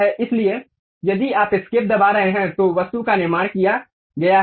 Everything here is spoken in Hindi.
इसलिए यदि आप एस्केप दबा रहे हैं तो वस्तु का निर्माण किया गया है